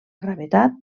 gravetat